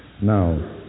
Now